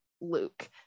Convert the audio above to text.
luke